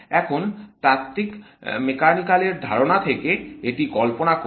এখন তাত্ত্বিক মেকানিক্যালের ধারণা থেকে এটিকে কল্পনা করুন